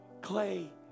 clay